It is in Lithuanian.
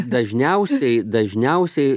dažniausiai dažniausiai